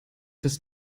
das